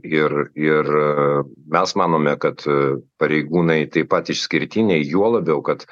ir ir mes manome kad pareigūnai taip pat išskirtiniai juo labiau kad